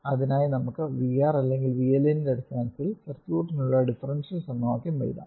അതിനായി നമുക്ക് VR അല്ലെങ്കിൽ VL ന്റെ അടിസ്ഥാനത്തിൽ സർക്യൂട്ടിനുള്ള ഡിഫറൻഷ്യൽ സമവാക്യം എഴുതാം